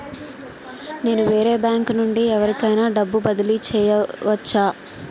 నేను వేరే బ్యాంకు నుండి ఎవరికైనా డబ్బు బదిలీ చేయవచ్చా?